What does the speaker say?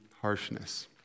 harshness